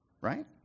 Right